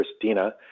Christina